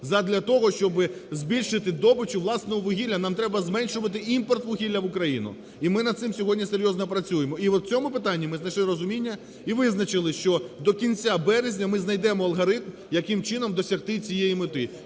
задля того, щоб збільшити добичу власного вугілля. Нам треба зменшувати імпорт вугілля в Україну. І ми над цим сьогодні серйозно працюємо. І в цьому ми знайшли розуміння і визначили, що до кінця березня ми знайдемо алгоритм, яким чином досягти цієї мети.